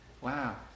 Wow